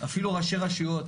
אפילו ראשי רשויות